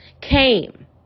came